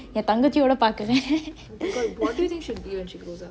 என் தங்கச்சியோட பாக்குர:en tangechiyode paakure